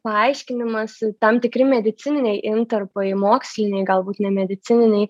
paaiškinimas tam tikri medicininiai intarpai moksliniai galbūt nemedicininiai